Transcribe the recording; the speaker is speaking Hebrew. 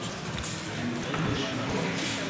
כבוד היושב-ראש, כנסת נכבדה,